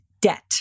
debt